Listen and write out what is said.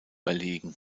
erlegen